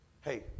hey